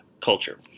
Culture